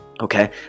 Okay